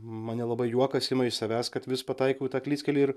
mane labai juokas ima iš savęs kad vis pataikau į tą klystkelį ir